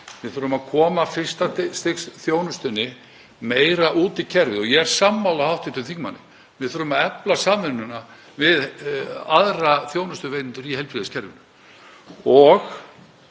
Við þurfum að koma fyrsta stigs þjónustunni meira út í kerfið og ég er sammála hv. þingmanni að við þurfum að efla samvinnuna við aðra þjónustuveitendur í heilbrigðiskerfinu.